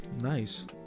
nice